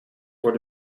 voor